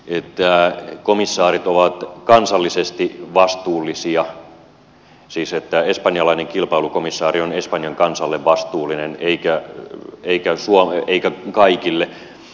halutaanko että komissaarit ovat kansallisesti vastuullisia siis että espanjalainen kilpailukomissaari on espanjan kansalle vastuullinen eikä kaikille vai mitä